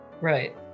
Right